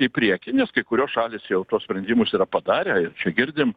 į priekį nes kai kurios šalys jau tuos sprendimus yra padarę ir čia girdim